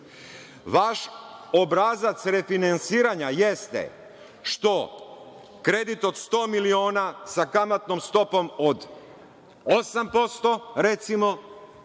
Obrazac refinansiranja jeste što kredit od 100 miliona, sa kamatnom stopom od 8%, recimo,